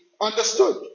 understood